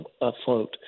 afloat